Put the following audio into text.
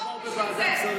שיעבור בוועדת שרים.